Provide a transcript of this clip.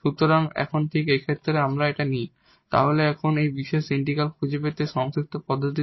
সুতরাং এখন ঠিক এই ক্ষেত্রে যদি আমরা নিই তাহলে এখন এই পার্টিকুলার ইন্টিগ্রাল খুঁজে পেতে সংক্ষিপ্ত পদ্ধতি কি